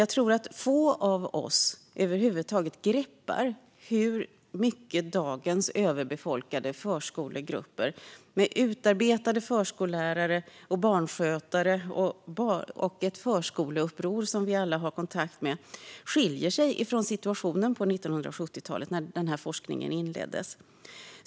Jag tror att få av oss över huvud taget greppar hur mycket dagens överbefolkade förskolegrupper, med utarbetade förskollärare och barnskötare och ett förskoleuppror som vi alla har kontakt med, skiljer sig från hur situationen var på 1970-talet när forskningen inleddes.